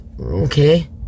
okay